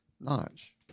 notch